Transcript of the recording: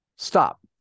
Stop